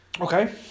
Okay